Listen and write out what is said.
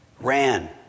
ran